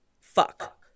fuck